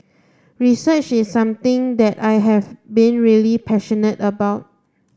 research is something that I have been really passionate about